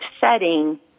setting